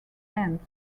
ends